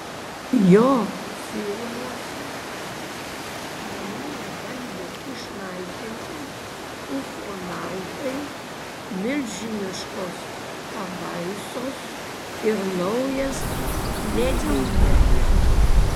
jo filmuose žmoniją bandė išnaikinti ufonautai milžiniškos pabaisos ir naujas ledynmetis